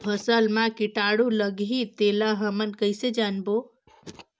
फसल मा कीटाणु लगही तेला हमन कइसे जानबो?